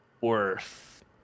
worth